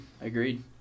agreed